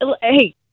Hey